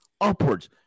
upwards